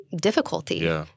difficulty